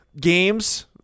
games –